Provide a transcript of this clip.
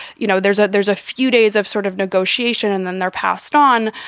you know, there's a there's a few days of sort of negotiation and then they're passed on,